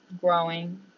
growing